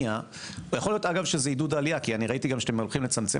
יכול להיות שזה עידוד עלייה כי ראיתי שאתם הולכים לצמצם